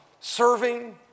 serving